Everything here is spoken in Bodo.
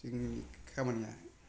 जोंनि खामानिया